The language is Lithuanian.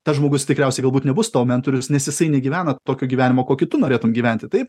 tas žmogus tikriausiai galbūt nebus tavo mentorius nes jisai negyvena tokio gyvenimo kokį tu norėtum gyventi tai